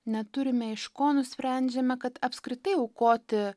neturime iš ko nusprendžiame kad apskritai aukoti